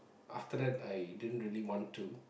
after that I didn't really want to